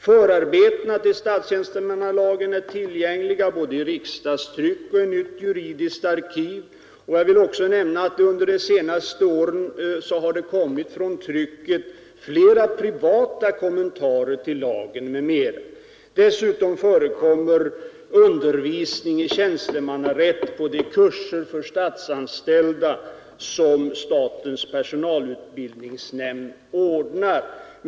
Förarbetena till statstjänstemannalagen är tillgängliga både i riksdagstryck och i Nytt juridiskt arkiv. Jag vill också nämna att det under de senaste åren från trycket kommit flera privata kommentarer till lagen. Dessutom förekommer undervisning i tjänstemannarätt i kurser för statsanställda som statens personalutbildningsnämnd ordnar.